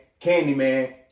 Candyman